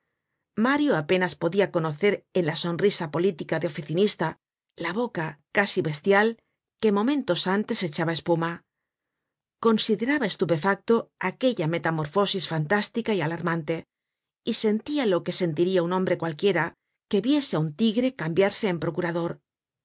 mario apenas podia conocer en la sonrisa política de oficinista la boca casi bestial que momentos content from google book search generated at antes echaba espuma consideraba estupefacto aquella metamorfosis fantástica y alarmante y sentia lo que sentiria un hombre cualquiera que viese á un tigre cambiarse en procurador